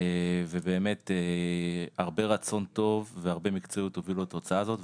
ובאמת הרבה רצון טוב והרבה מקצועיות הובילו לתוצאה הזאת,